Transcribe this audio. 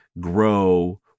grow